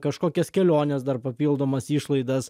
kažkokias kelionės dar papildomas išlaidas